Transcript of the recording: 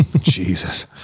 Jesus